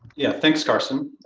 yeah, thanks carson.